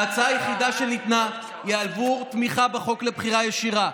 ההצעה היחידה שניתנה היא עבור תמיכה בחוק לבחירה ישירה.